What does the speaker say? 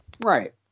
Right